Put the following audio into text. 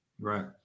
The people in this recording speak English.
Right